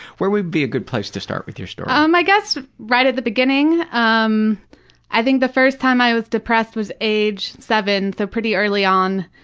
where would be a good place to start with your story? um, i guess right at the beginning. um i think the first time i was depressed was age seven, so pretty early on.